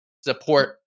support